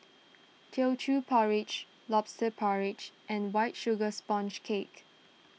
Teochew Porridge Lobster Porridge and White Sugar Sponge Cake